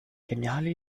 geniale